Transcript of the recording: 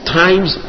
times